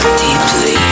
deeply